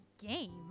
game